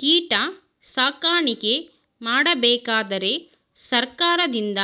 ಕೀಟ ಸಾಕಾಣಿಕೆ ಮಾಡಬೇಕಾದರೆ ಸರ್ಕಾರದಿಂದ